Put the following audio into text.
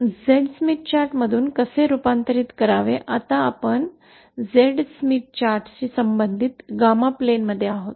Z Smith चार्टमधून कसे रूपांतरित करावे आता आपण Z स्मिथ चार्टशी संबंधित 𝜞 प्लेनमध्ये आहोत